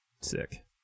Sick